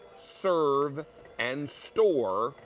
serve and store.